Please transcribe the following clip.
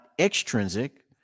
extrinsic